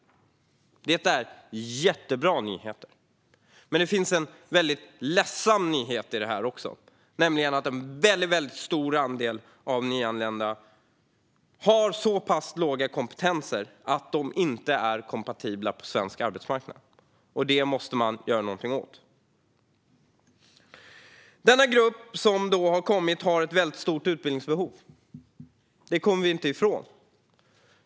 Det är jättebra nyheter. Men det finns också en väldigt ledsam nyhet i detta sammanhang, nämligen att en väldigt stor andel av nyanlända har så pass låg kompetens att de inte är kompatibla på svensk arbetsmarknad. Detta måste man göra något åt. Denna grupp av människor som har kommit har ett stort utbildningsbehov; det kommer vi inte ifrån.